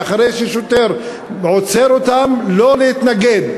ואחרי ששוטר עוצר אותם לא להתנגד.